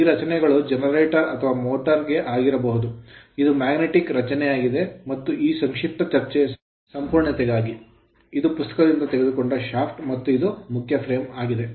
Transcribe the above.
ಈ ರಚನೆಗಳು generator generator ಅಥವಾ motor ಮೋಟರ್ ಆಗಿರಬಹುದು ಇದು magnetic ಕಾಂತೀಯ ರಚನೆಯಾಗಿದೆ ಮತ್ತು ಈ ಸಂಕ್ಷಿಪ್ತ ಚರ್ಚೆ ಸಂಪೂರ್ಣತೆಗಾಗಿ ಇದು ಪುಸ್ತಕದಿಂದ ತೆಗೆದುಕೊಂಡ shaft ಶಾಫ್ಟ್ ಮತ್ತು ಇದು ಮುಖ್ಯ frame ಫ್ರೇಮ್ ಆಗಿದೆ